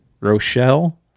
Rochelle